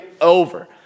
over